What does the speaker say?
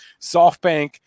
SoftBank